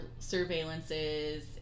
surveillances